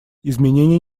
изменения